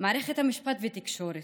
מערכת המשפט והתקשורת.